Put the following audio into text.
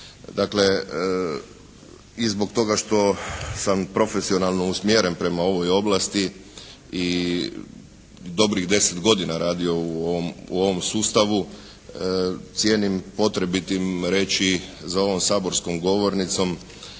Dakle i zbog toga što sam profesionalno usmjeren prema ovoj oblasti i dobrih 10 godina radio u ovom sustavu, cijenim potrebitim reći za ovom saborskom govornicom